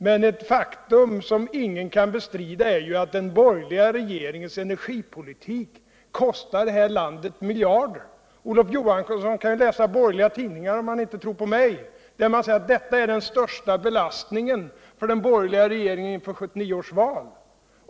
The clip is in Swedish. Men ett faktum som ingen kan bestrida är ju att den borgerliga regeringens energipolitik kostar det här landet miljarder. Olof Johansson kan ju läsa borgerliga tidningar, om han inte tror på mig. Där säger man att detta är den största belastningen för den borgerliga regeringen inför 1979 års val.